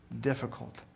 difficult